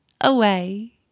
away